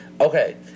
Okay